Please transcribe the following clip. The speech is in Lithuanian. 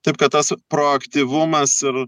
taip kad tas proaktyvumas ir